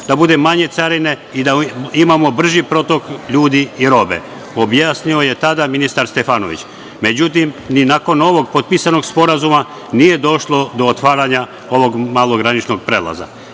da budu manje carine i da imamo brži protok ljudi i robe, objasnio je tada ministar Stefanović. Međutim, ni nakon ovog potpisanog sporazuma nije došlo do otvaranja ovog malograničnog prelaza. Sada